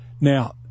Now